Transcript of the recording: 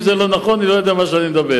אם זה לא נכון, אני לא יודע מה שאני מדבר.